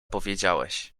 powiedziałeś